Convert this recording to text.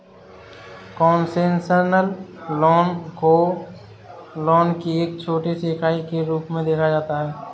concessional loan को loan की एक छोटी सी इकाई के रूप में देखा जाता है